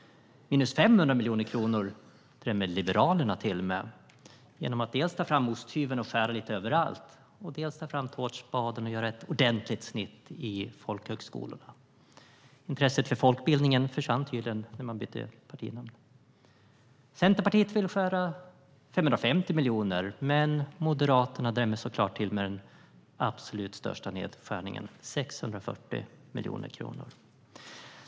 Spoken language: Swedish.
Minus 500 miljoner drämmer Liberalerna till med genom att dels ta fram osthyveln och skära lite överallt, dels ta fram tårtspaden och göra ett ordentligt snitt i folkhögskolorna. Intresset för folkbildningen försvann tydligen när man bytte partinamn. Centerpartiet vill skära ned med 550 miljoner, men Moderaterna drämmer såklart till med den absolut största nedskärningen: 640 miljoner kronor.